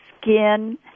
skin